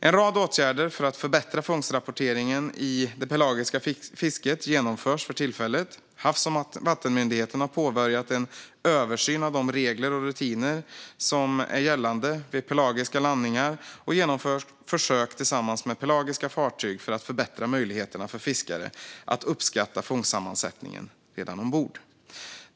En rad åtgärder för att förbättra fångstrapporteringen i det pelagiska fisket genomförs för tillfället. Havs och vattenmyndigheten har påbörjat en översyn av de regler och rutiner som är gällande vid pelagiska landningar och genomför försök tillsammans med pelagiska fartyg för att förbättra möjligheterna för fiskare att uppskatta fångstsammansättningen ombord.